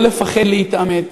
לא לפחד להתעמת.